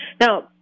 Now